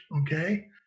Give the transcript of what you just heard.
okay